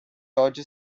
ódio